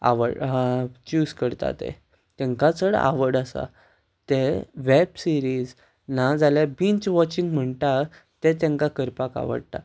choose करता तांकां चड आवड आसा ते वॅब सिरीज ना जाल्यार बींच वॉचींग म्हणटा तांकां करपाक आवडटा